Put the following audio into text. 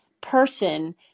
person